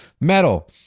metal